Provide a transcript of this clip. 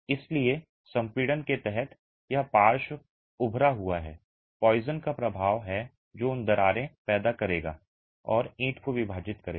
इसलिए संपीड़न के तहत यह पार्श्व उभड़ा हुआ है पॉइसन का प्रभाव है जो उन दरारें पैदा करेगा और ईंट को विभाजित करेगा